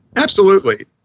absolutely.